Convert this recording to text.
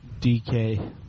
DK